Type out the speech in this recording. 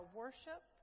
worship